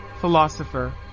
philosopher